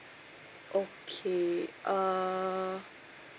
okay uh